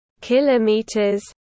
Kilometers